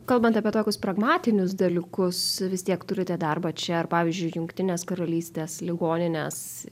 kalbant apie tokius pragmatinius dalykus vis tiek turite darbą čiaar pavyzdžiui jungtinės karalystės ligoninės